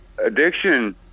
addiction